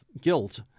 guilt